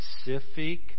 specific